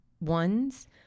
ones